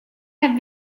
have